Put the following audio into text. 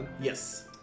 Yes